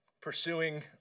pursuing